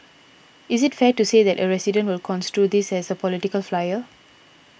is it fair to say that a resident will construe this as a political flyer